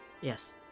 Yes